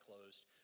closed